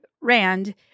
Rand